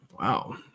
Wow